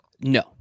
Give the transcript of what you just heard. No